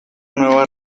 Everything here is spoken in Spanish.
nueva